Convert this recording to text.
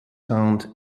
found